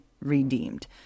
redeemed